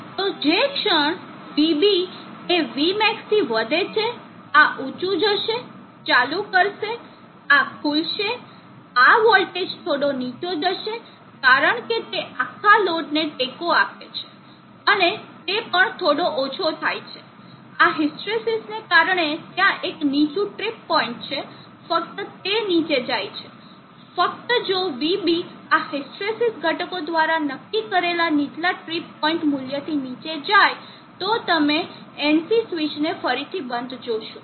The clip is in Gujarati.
તો જે ક્ષણ vB એ vmax થી વધે છે આ ઊચું જશે ચાલુ કરશે આ ખુલશે આ વોલ્ટેજ થોડો નીચો જશે કારણ કે તે આખા લોડને ટેકો આપે છે અને તે પણ થોડો ઓછો થાય છે આ હિસ્ટ્રેસિસને કારણે ત્યાં એક નીચું ટ્રિપ પોઇન્ટ છે ફક્ત તે નીચે જાય છે ફક્ત જો vB આ હિસ્ટ્રેસિસ ઘટકો દ્વારા નક્કી કરેલા નીચલા ટ્રિપ પોઇન્ટ મૂલ્યથી નીચે જાય તો તમે NC સ્વીચને ફરીથી બંધ જોશો